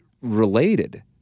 related